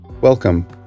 Welcome